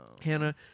Hannah